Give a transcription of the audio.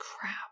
Crap